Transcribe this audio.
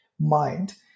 mind